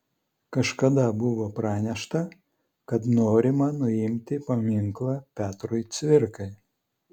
kažkada buvo pranešta kad norima nuimti paminklą petrui cvirkai